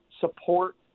support